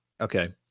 Okay